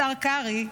השר קרעי,